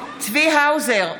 בעד צבי האוזר,